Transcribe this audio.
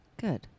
Good